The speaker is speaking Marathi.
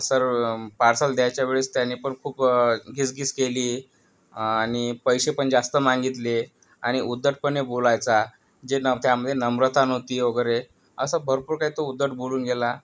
सर पार्सल द्यायच्या वेळेस त्याने पण खूप घीसघीस केली आणि पैसेपण जास्त मागितले आणि उद्धटपणे बोलायचा जे नम त्यामध्ये नम्रता नव्हती वगैरे असं भरपूर काही तो उद्धट बोलून गेला